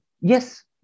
yes